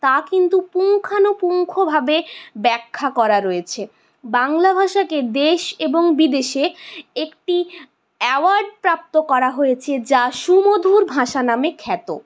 তা কিন্তু পুঙ্খানুপুঙ্খভাবে ব্যাখ্যা করা রয়েছে বাংলা ভাষাকে দেশ এবং বিদেশে একটি অ্যাওয়ার্ড প্রাপ্ত করা হয়েছে যা সুমধুর ভাষা নামে খ্যাত